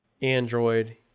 Android